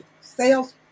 sales